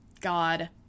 God